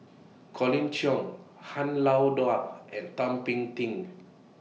Colin Cheong Han Lao and Thum Ping Tjin